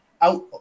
Out